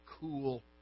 cool